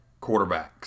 quarterbacks